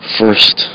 first